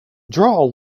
draw